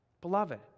Beloved